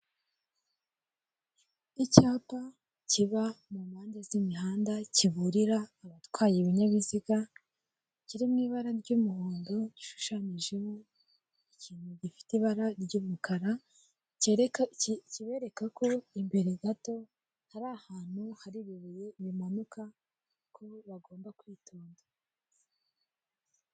Icyapa kiba mu mpande z'imihanda kiburira abatwaye ibinyabiziga, kiri mu ibara ry'umuhondo, gishushanyijemo ikintu gifite ibara ry'umukara, kibereka ko imbere gato hari ahantu hari ibibuye bimanuka ko bagomba kwitonda.